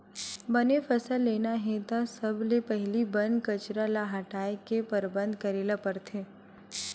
बने फसल लेना हे त सबले पहिली बन कचरा ल हटाए के परबंध करे ल परथे